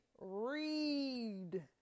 read